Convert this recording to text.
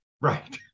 Right